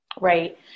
Right